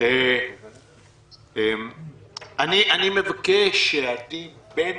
אני מבקש שבין